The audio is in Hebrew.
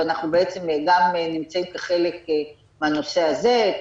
ואנחנו בעצם גם נמצאים כחלק מהנושא הזה.